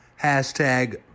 hashtag